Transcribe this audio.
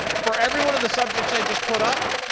for every one of the subjects i just put up,